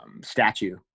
statue